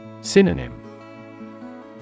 Synonym